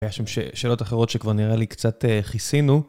היה שם שאלות אחרות שכבר נראה לי קצת כיסינו.